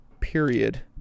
period